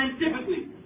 scientifically